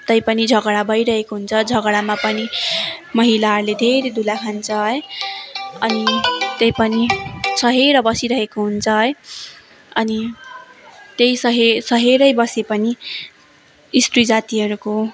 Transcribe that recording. तै पनि झगडा भइरहेको हु्न्छ झगडामा पनि महिलाहरूले धेरै धुलाई खान्छ है अनि त्यही पनि सहेर बसिरहेको हुन्छ है अनि त्यही सहे सहेरै बसे पनि स्त्री जातिहरूको